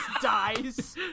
dies